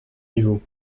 rivaux